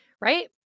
right